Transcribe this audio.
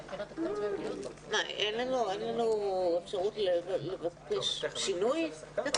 אין לנו כל אפשרות להציע את התיקון,